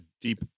deep